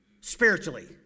spiritually